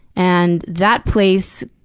and that place.